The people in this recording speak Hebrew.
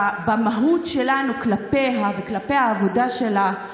במהות שלנו, כלפיה וכלפי העבודה שלה,